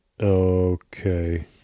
Okay